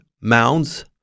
mounds